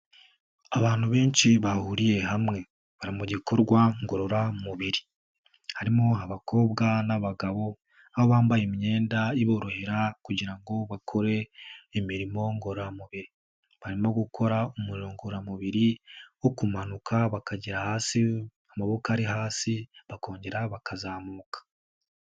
Abantu benshi bahuriye hamwe bari mu gikorwa ngorora mubiri harimo abakobwa n'abagabo aho bambaye imyenda iborohera kugira ngo bakore imirimo ngorora mubiri, barimo gukora umurimo ngororamubiri wo kumanuka bakagera hasi amaboko ari hasi, bakongera bakazamuka.